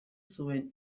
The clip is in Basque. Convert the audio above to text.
zuen